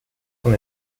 con